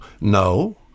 No